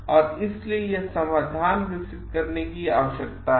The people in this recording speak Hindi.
और इसलिए यह समाधान विकसित करने की आवश्यकता है